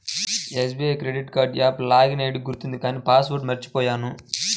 SBI credit card app login ID గుర్తుంది కానీ password మర్చిపొయ్యాను